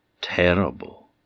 terrible